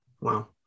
Wow